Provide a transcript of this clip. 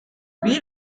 wie